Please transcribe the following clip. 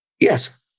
yes